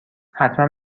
حتما